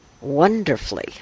wonderfully